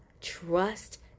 trust